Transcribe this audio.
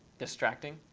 distracting.